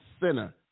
sinner